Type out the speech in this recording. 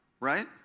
Right